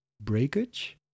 breakage